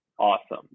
Awesome